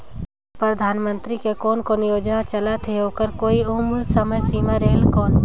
परधानमंतरी के कोन कोन योजना चलत हे ओकर कोई उम्र समय सीमा रेहेल कौन?